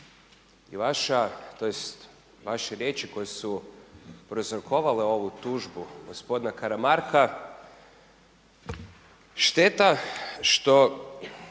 vaše riječi koje su prouzrokovale ovu tužbu gospodina Karamarka šteta što